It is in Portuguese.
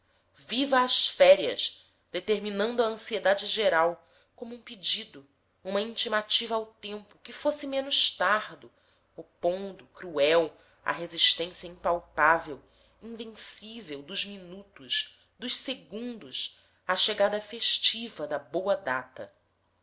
viva às férias determinando a ansiedade geral como um pedido uma intimativa ao tempo que fosse menos tardo opondo cruel a resistência impalpável invencível dos minutos dos segundos à chegada festiva da boa data